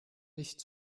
nicht